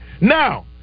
Now